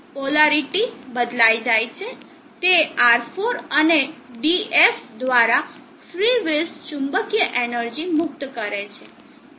polarity બદલાય જાય છે તે R4 અને Df દ્વારા ફ્રી વ્હીલ્સ ચુંબકીય એનર્જી મુક્ત કરે છે